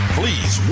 please